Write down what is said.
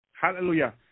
Hallelujah